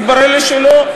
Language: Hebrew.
התברר לי שלא.